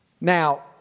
Now